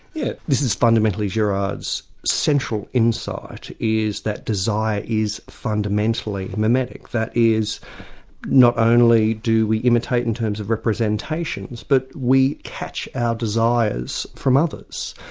yeah this is fundamentally girard's central insight, is that desire is fundamentally mimetic that is not only do we imitate in terms of representations, but we catch our desires from others.